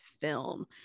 film